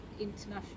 international